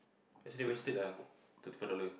actually wasted ah thirty four dollar